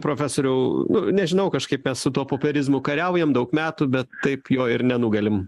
profesoriau nežinau kažkaip mes su tuo popierizmu kariaujam daug metų bet taip jo ir nenugalim